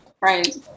Right